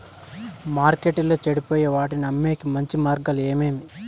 మార్కెట్టులో చెడిపోయే వాటిని అమ్మేకి మంచి మార్గాలు ఏమేమి